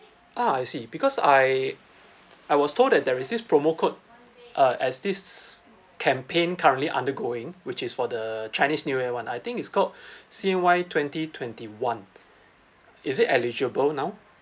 ah I see because I I was told that there is this promo code uh as this campaign currently undergoing which is for the chinese new year one I think it's called C_N_Y twenty twenty one is it eligible now